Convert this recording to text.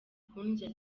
kundya